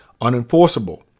unenforceable